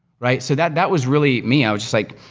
right? so, that that was really me. i was just like,